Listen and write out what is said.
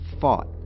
fought